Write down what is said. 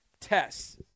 tests